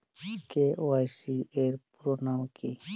KYC এর পুরোনাম কী?